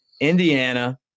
Indiana